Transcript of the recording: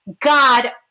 God